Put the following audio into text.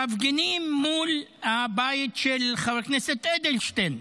המפגינים מול הבית של חבר כנסת אדלשטיין,